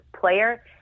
player